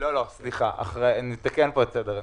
לא, סליחה, אני אתקן פה את סדר הנישום.